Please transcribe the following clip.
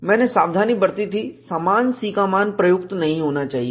मैंने सावधानी बरती थी समान C का मान प्रयुक्त नहीं होना चाहिए